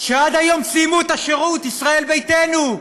שעד היום סיימו את השירות, ישראל ביתנו,